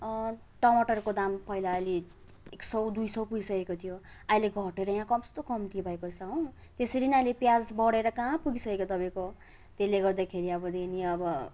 टमाटरको दाम पहिला अलि एक सौ दुई सौ पुगिसकेको थियो अहिले घटेर यहाँ कस्तो कम्ती भएको छ हो त्यसरी नै अहिले प्याज बढेर कहाँ पुगिसकेको तपाईँको त्यसले गर्दाखेरि अब जे पनि अब